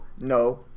no